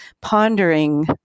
pondering